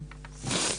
להגיד,